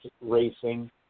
racing